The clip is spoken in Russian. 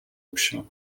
общего